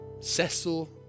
Cecil